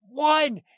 One